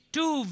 two